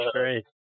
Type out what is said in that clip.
great